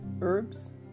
herbs